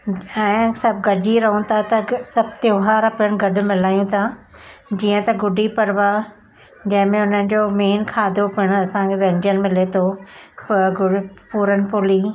ऐं सभु गॾिजी रहूं था त ग सभु त्योहार पिणु गॾु मल्हायूं था जीअं त गुडी पड़वा जंहिंमें हुननि जो मेन खाधो पिणु असांखे व्यंजन मिले थो प गुर पूरनपोली